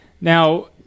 now